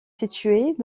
situées